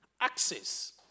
access